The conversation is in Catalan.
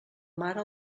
mare